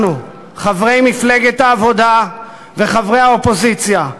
אנחנו, חברי מפלגת העבודה וחברי האופוזיציה,